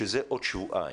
שזה עוד שבועיים,